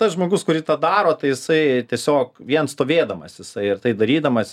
tas žmogus kuris tą daro tai jisai tiesiog vien stovėdamas jisai ir tai darydamas